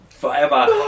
forever